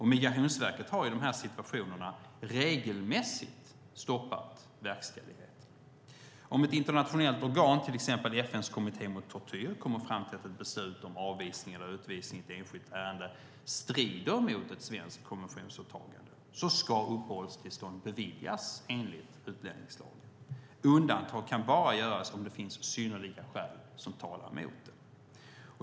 Migrationsverket har i dessa situationer regelmässigt stoppat verkställigheten. Om ett internationellt organ, till exempel FN:s kommitté mot tortyr, kommer fram till att ett beslut om avvisning eller utvisning i ett enskilt ärende strider mot ett svenskt konventionsåtagande ska uppehållstillstånd beviljas enligt utlänningslagen. Undantag kan bara göras om det finns synnerliga skäl som talar mot det.